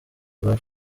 rwa